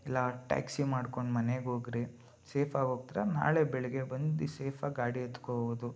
ಇಲ್ಲ ಟ್ಯಾಕ್ಸಿ ಮಾಡ್ಕೊಂಡು ಮನೆಗೋಗಿರಿ ಸೇಫಾಗಿ ಹೋಗ್ತಿರ ನಾಳೆ ಬೆಳಗ್ಗೆ ಬಂದು ಸೇಫಾಗಿ ಗಾಡಿ ಎತ್ಕೋಬೋದು